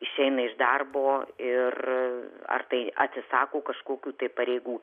išena iš darbo ir ar tai atsisako kažkokių tai pareigų